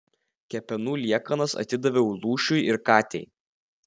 kepenų liekanas atidaviau lūšiui ir katei